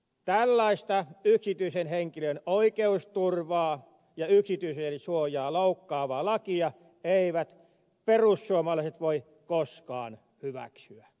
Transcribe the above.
tällaista yksityisen henkilön oikeusturvaa ja yksityisyyden suojaa loukkaavaa lakia eivät perussuomalaiset voi koskaan hyväksyä